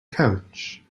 couch